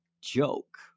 joke